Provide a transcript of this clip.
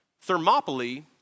Thermopylae